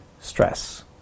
stress